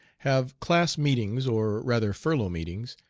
have class meetings, or rather furlough meetings,